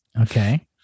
Okay